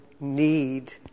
need